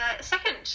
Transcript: second